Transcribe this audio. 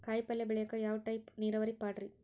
ಕಾಯಿಪಲ್ಯ ಬೆಳಿಯಾಕ ಯಾವ ಟೈಪ್ ನೇರಾವರಿ ಪಾಡ್ರೇ?